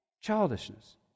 Childishness